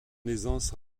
aisance